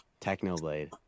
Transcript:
Technoblade